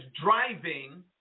driving